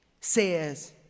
says